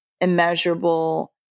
immeasurable